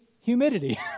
humidity